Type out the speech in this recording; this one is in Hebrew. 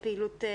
לפעילות.